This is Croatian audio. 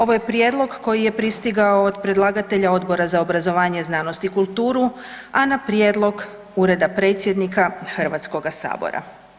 Ovo je prijedlog koji je pristigao od predlagatelja Odbora za obrazovanje, znanost i kulturu, a na prijedlog Ureda predsjednika HS-a.